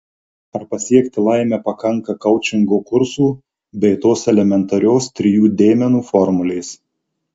ar pasiekti laimę pakanka koučingo kursų bei tos elementarios trijų dėmenų formulės